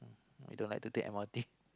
we don't like to take M_R_T